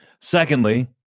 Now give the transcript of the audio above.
Secondly